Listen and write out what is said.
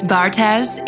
Bartez